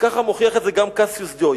וככה מוכיח את זה גם קסיוס דיו.